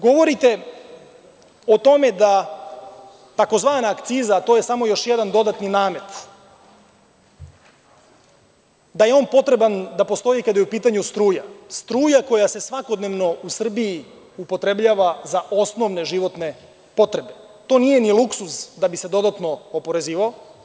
Govorite o tome da je tzv. akciza, a to je samo još jedan dodatni namet, potrebna da postoji kada je u pitanju struja, struja koja se svakodnevno u Srbiji upotrebljava za osnovne životne potrebe, to nije ni luksuz da bi se dodatno oporezivao.